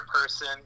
person